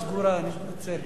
אני מציע שתתנצל על זה.